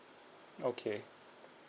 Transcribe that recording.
okay